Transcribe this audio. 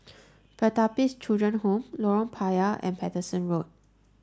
Pertapis Children Home Lorong Payah and Paterson Road